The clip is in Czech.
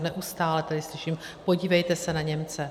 Neustále tady slyším: podívejte se na Němce.